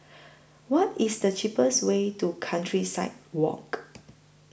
What IS The cheapest Way to Countryside Walk